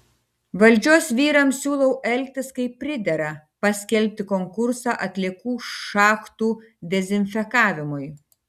valdžios vyrams siūlau elgtis kaip pridera paskelbti konkursą atliekų šachtų dezinfekavimui